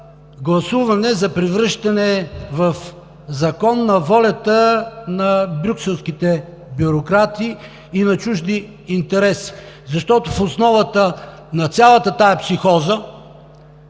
гласуване, за превръщане в закон на волята на брюкселските бюрократи и на чужди интереси. Защото в основата на цялата тази психоза